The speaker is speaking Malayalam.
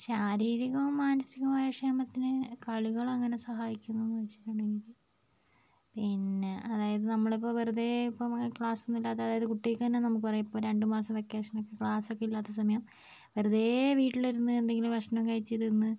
ശാരീരികവും മാനസികവുമായ ക്ഷേമത്തിന് കളികൾ എങ്ങനെ സഹായിക്കുന്നു എന്നു വെച്ചിട്ടുണ്ടെങ്കിൽ പിന്നെ അതായത് നമ്മളിപ്പോൾ വെറുതെ ഇപ്പം ക്ലാസൊന്നുമില്ലാതെ അതായത് കുട്ടികൾക്ക് തന്നെ നമുക്ക് പറയാം രണ്ടുമാസം വെക്കേഷനൊക്കെ ക്ലാസൊക്കെ ഇല്ലാതെ സമയം വെറുതെ വീട്ടിലിരുന്ന് എന്തെങ്കിലും ഭക്ഷണം കഴിച്ച് തിന്ന്